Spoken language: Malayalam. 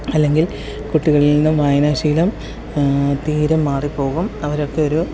അല്ലെങ്കിൽ കുട്ടികളിൽനിന്നും വായനാശീലം തീരെ മാറിപ്പോകും അവരൊക്കെ ഒരു